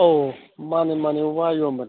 ꯑꯧ ꯃꯥꯅꯦ ꯃꯥꯅꯦ ꯋꯥ ꯌꯣꯟꯕꯅꯦ